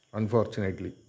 Unfortunately